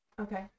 okay